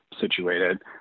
situated